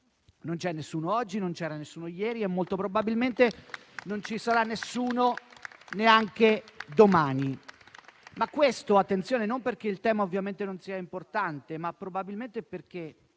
non c'è nessuno oggi, non c'era nessuno ieri e molto probabilmente non ci sarà nessuno neanche domani. E questo - attenzione - avviene non perché il tema ovviamente non sia importante, ma probabilmente perché